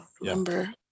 remember